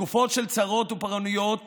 בתקופות של צרות ופורענויות